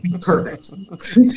Perfect